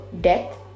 Death